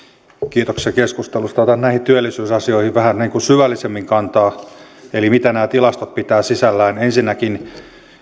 kiitoksia keskustelusta otan näihin työllisyysasioihin vähän syvällisemmin kantaa eli mitä nämä tilastot pitävät sisällään ensinnäkin